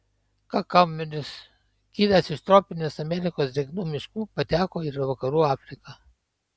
kakavmedis kilęs iš tropinės amerikos drėgnų miškų pateko ir į vakarų afriką